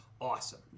awesome